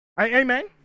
Amen